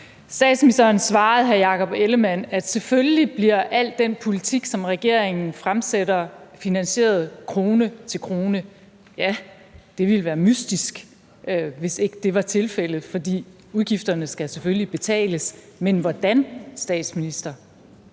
Ellemann-Jensen, at selvfølgelig bliver al den politik, som regeringen fremsætter, finansieret krone til krone – ja, det ville være mystisk, hvis ikke det var tilfældet, for udgifterne skal selvfølgelig dækkes. Men hvordan, statsminister?